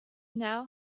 now